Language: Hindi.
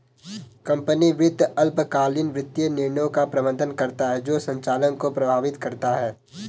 कंपनी वित्त अल्पकालिक वित्तीय निर्णयों का प्रबंधन करता है जो संचालन को प्रभावित करता है